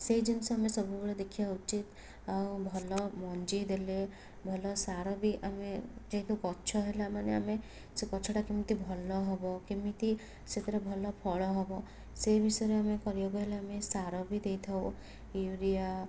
ସେଇ ଜିନିଷ ଆମେ ସବୁବେଳେ ଦେଖିଆ ଉଚିତ ଆଉ ଭଲ ମଞ୍ଜି ଦେଲେ ଭଲ ସାର ବି ଆମେ ଯେହେତୁ ଗଛ ହେଲା ମାନେ ସେ ଗଛଟା କେମତି ଭଲ ହେବ କେମିତି ସେଥିରେ ଭଲ ଫଳ ହେବ ସେ ବିଷୟରେ ଆମେ କରିଆକୁ ହେଲେ ଆମେ ସାର ବି ଦେଇଥାଉ ୟୁରିୟା